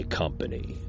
company